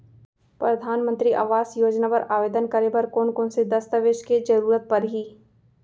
परधानमंतरी आवास योजना बर आवेदन करे बर कोन कोन से दस्तावेज के जरूरत परही?